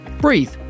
breathe